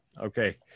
okay